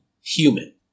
human